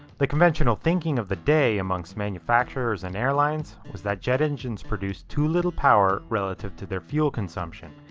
the conventional thinking of the day amongst manufacturers and airlines was that jet engines produce too little power relative to their fuel consumption,